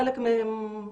חלק מהם,